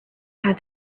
have